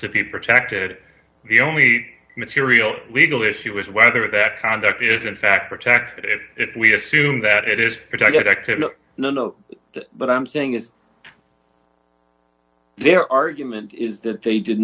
to be protected the only material legal issue is whether that conduct is in fact protected and if we assume that it is protected no no no but i'm saying is their argument is that they did